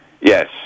Yes